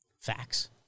Facts